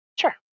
Sure